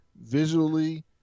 visually